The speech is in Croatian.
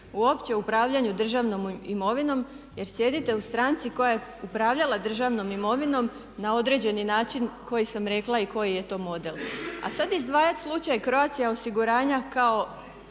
uopće o upravljanju državnom imovinom jer sjedite u stranci koja je upravljala državnom imovinom na određeni način koji sam rekla i koji je to model. A sad izdvajati slučaj Croatia osiguranja kao